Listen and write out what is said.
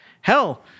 Hell